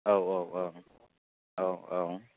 औ औ औ औ औ